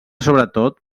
sobretot